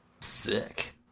sick